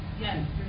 Yes